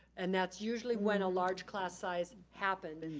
and that's usually when a large class size happen.